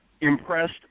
impressed